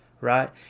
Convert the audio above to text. right